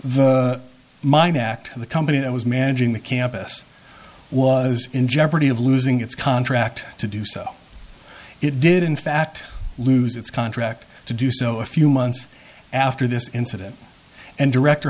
the mine act the company that was managing the campus was in jeopardy of losing its contract to do so it did in fact lose its contract to do so a few months after this incident and director